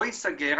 לא ייסגר,